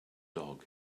dog